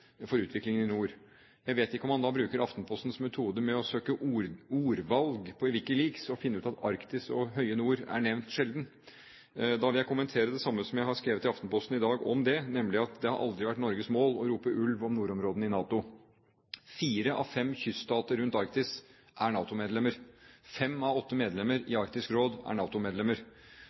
for utviklingen i nord. Jeg vet ikke om han bruker Aftenpostens metode med å søke ordvalg på WikiLeaks, og finner ut at «Arktis» og «høye nord» er nevnt sjelden. Til det vil jeg kommentere det samme som jeg har skrevet i Aftenposten om det i dag, nemlig at det aldri har vært Norges mål å rope ulv om nordområdene i NATO. Fire av fem kyststater rundt Arktis er NATO-medlemmer. Fem av åtte medlemmer i Arktisk Råd er